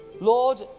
Lord